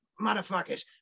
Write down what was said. motherfuckers